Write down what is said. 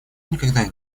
никогда